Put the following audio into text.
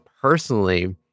personally